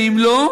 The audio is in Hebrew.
ואם לא,